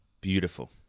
Beautiful